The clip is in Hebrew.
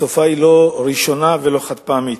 התופעה אינה פעם ראשונה ואינה חד-פעמית.